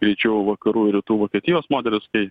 greičiau vakarų ir rytų vokietijos modelis kai